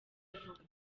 avuga